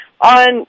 on